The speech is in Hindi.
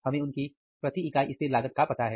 हमें उनके प्रति इकाई स्थिर लागत का पता है